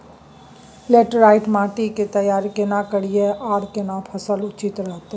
Laterite माटी की तैयारी केना करिए आर केना फसल उचित रहते?